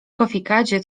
kofikadzie